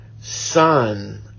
son